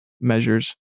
measures